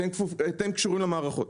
אתם אלה שקשורים למערכות.